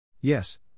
Yes